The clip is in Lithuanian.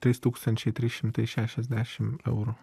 trys tūkstančiai trys šimtai šešiasdešim eurų